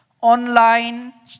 online